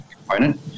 component